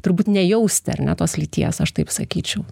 turbūt nejausti ar ne tos lyties aš taip sakyčiau